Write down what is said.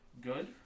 good